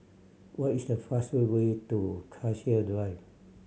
what is the fastest way to Cassia Drive